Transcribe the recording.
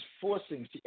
forcing